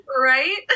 Right